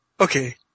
Okay